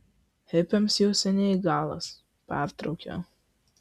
hipiams jau seniai galas pertraukiau